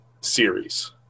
series